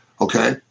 okay